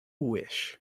wish